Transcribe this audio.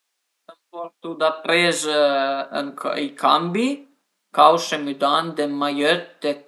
ün butun s'la camiza a s'cüs, a s'pìa ël butun, a së puzisiun-a s'la